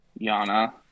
Yana